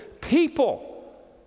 people